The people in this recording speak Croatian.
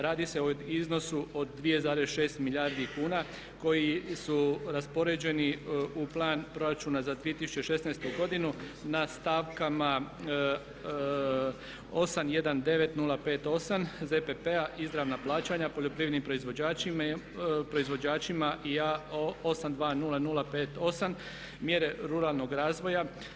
Radi se o iznosu od 2,6 milijardi kuna koji su raspoređeni u plan proračuna za 2016. godinu na stavkama 819058 ZPP-a izravna plaćanja poljoprivrednim proizvođačima i 820058 mjere ruralnog razvoja.